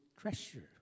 treasure